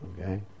okay